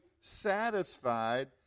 satisfied